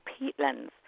peatlands